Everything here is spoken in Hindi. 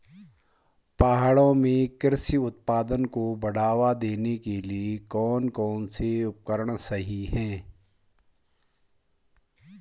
पहाड़ों में कृषि उत्पादन को बढ़ावा देने के लिए कौन कौन से उपकरण सही हैं?